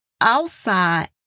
Outside